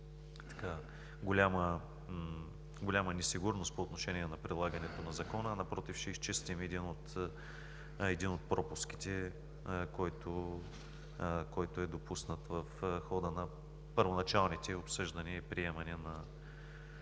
голяма несигурност по отношение прилагането на Закона, напротив, ще изчистим един от пропуските, допуснат в хода на първоначалните обсъждания и приемане на